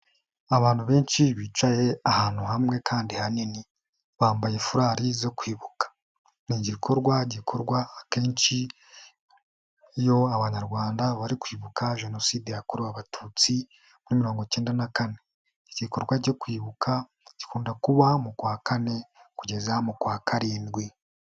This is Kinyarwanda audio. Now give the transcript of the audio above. Abantu benshi bicaye ahantu hamwe kandi hanini bambaye fulari zo kwibuka. Ni igikorwa gikorwa akenshi yo abanyarwanda bari kwibuka jenoside yakorewe abatutsi muri mirongo ikenda na kane. Igikorwa cyo kwibuka gikunda kuba mu kwa kane kugeza mu kwa karindwi.